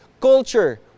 culture